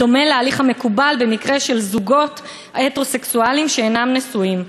בדומה להליך המקובל במקרה של זוגות הטרוסקסואליים שאינם נשואים.